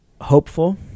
hopeful